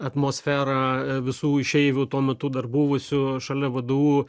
atmosfera visų išeivių tuo metu dar buvusiu šalia vdu